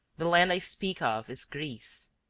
the land i speak of is greece.